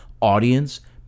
audience